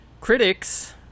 Critics